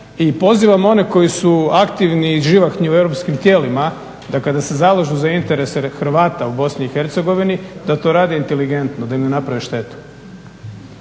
I pozivam one koji su aktivni i živahni u europskim tijelima da kada se zalažu za interese Hrvata u BiH da to rade inteligentno da ne naprave štetu.